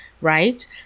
Right